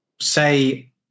Say